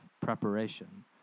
preparation